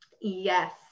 yes